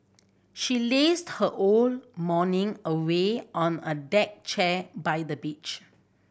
she lazed her whole morning away on a deck chair by the beach